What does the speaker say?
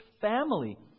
family